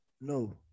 No